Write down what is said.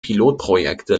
pilotprojekte